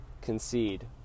concede